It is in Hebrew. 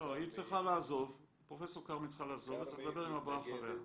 פרופ' כרמי צריכה לעזוב וצריך לדבר עם הבא אחריה.